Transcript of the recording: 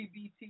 LGBT